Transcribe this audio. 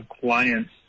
clients